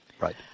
Right